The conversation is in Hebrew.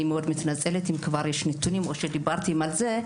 אני מאוד מתנצלת אם כבר יש נתונים או שדיברתם על זה,